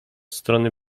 strony